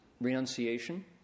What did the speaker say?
renunciation